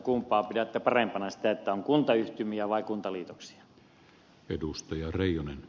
kumpaa pidätte parempana kuntayhtymiä vai kuntaliitoksia